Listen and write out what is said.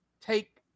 take